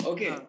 Okay